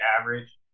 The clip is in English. average